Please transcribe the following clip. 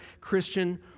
Christian